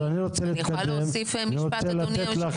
הדיון הזה של התיקון לפקודת